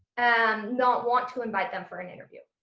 and not want to invite them for an interview.